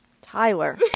tyler